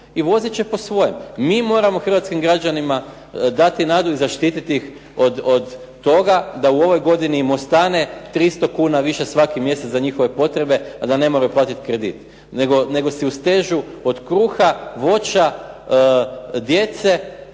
i voziti će po svojem. Mi moramo hrvatskih građanima dati nadu i zaštititi ih od toga da u ovoj godini im ostane 300 kuna više svaki mjesec za njihove potrebe, a da ne moraju platiti kredit. Nego si ustežu od kruha, voća, djece